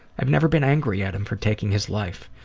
i've never been angry at him for taking his life.